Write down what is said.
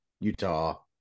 Utah